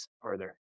further